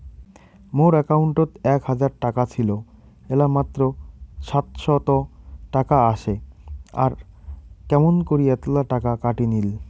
মোর একাউন্টত এক হাজার টাকা ছিল এলা মাত্র সাতশত টাকা আসে আর কেমন করি এতলা টাকা কাটি নিল?